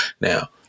Now